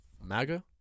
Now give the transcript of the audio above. MAGA